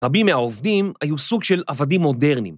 רבים מהעובדים היו סוג של עבדים מודרניים.